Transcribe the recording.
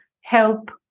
help